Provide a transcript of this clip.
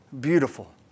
beautiful